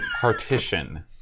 partition